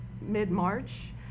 mid-March